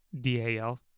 DAL